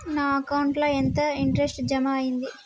నా అకౌంట్ ల ఎంత ఇంట్రెస్ట్ జమ అయ్యింది?